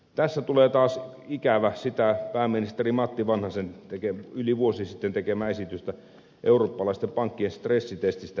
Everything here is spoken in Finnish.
tässä tulee taas ikävä pääministeri matti vanhasen yli vuosi sitten tekemää esitystä eurooppalaisten pankkien stressitestistä